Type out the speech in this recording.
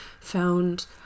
found